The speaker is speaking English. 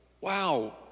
wow